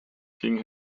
king